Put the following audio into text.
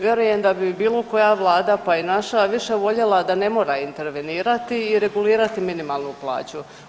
Vjerujem da bi bilo koja vlada pa i naša više voljela da ne mora intervenirati i regulirati minimalnu plaću.